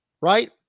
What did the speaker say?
right